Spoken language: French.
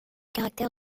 caractère